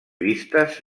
vistes